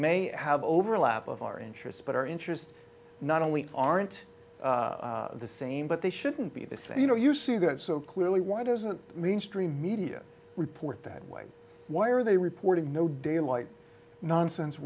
may have overlap of our interests but our interests not only aren't the same but they shouldn't be the same you know you see that so clearly why doesn't mean stream media report that way why are they reporting no daylight nonsense